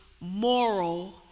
moral